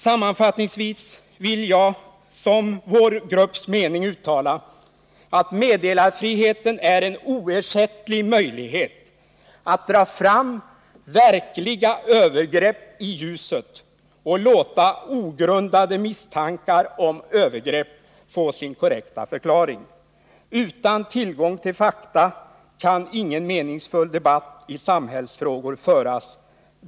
Sammanfattningsvis vill jag som vår grupps mening uttala att meddelarfriheten är en oersättlig möjlighet att dra fram verkliga övergrepp i ljuset och låta ogrundade misstankar om övergrepp få sin korrekta förklaring. Utan tillgång till fakta kan ingen meningsfull debatt i samhällsfrågor föras.